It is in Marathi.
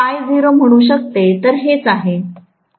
आणि मी म्हणू शकते तर हेच आहे